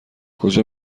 کجا